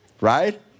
right